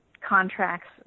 contracts